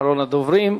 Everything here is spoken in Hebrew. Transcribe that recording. אחרון הדוברים,